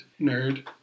nerd